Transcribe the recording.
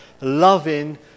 loving